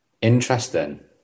interesting